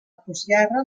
postguerra